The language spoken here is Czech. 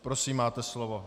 Prosím, máte slovo.